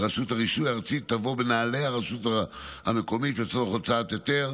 ורשות הרישוי הארצית תבוא בנעלי הרשות המקומית לצורך הוצאת היתר.